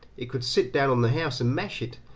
it could sit down on the house and mash it,